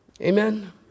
Amen